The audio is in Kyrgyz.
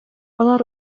алар